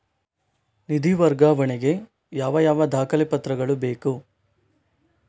ನಿಧಿ ವರ್ಗಾವಣೆ ಗೆ ಯಾವ ಯಾವ ದಾಖಲೆ ಪತ್ರಗಳು ಬೇಕು?